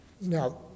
Now